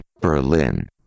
Berlin